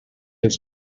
has